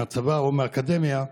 מהצבא או מהאקדמיה,